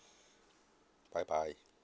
bye bye